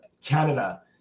canada